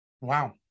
Wow